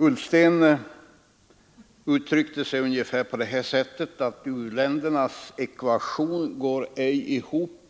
Herr Ullsten sade att u-ländernas ekvation inte går ihop